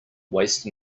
waste